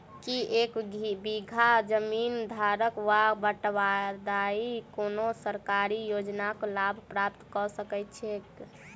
की एक बीघा जमीन धारक वा बटाईदार कोनों सरकारी योजनाक लाभ प्राप्त कऽ सकैत छैक?